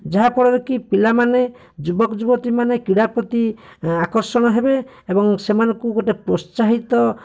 ଯାହା ଫଳରେକି ପିଲାମାନେ ଯୁବକ ଯୁବତୀମାନେ କ୍ରୀଡ଼ା ପ୍ରତି ଆକର୍ଷଣ ହେବେ ଏବଂ ସେମାନଙ୍କୁ ଗୋଟେ ପ୍ରୋତ୍ସାହିତ